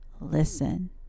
listen